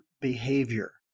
behavior